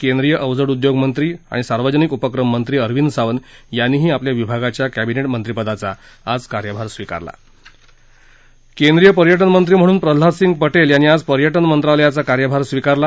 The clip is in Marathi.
केंद्रीय अवजड उद्योग आणि सार्वजनिक उपक्रम मंत्री अरविंद सावंत यांनीही आपल्या विभागाच्या कंबिनेट मंत्रीपदाचा आज कार्यभार स्वीकारला पर्यटनमंत्री म्हणून प्रल्हाद सिंग पटेल यांनी आज पर्यटनमंत्रालयाचा कार्यभार स्वीकारला